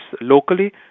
locally